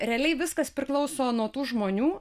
realiai viskas priklauso nuo tų žmonių